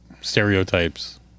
stereotypes